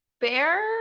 bear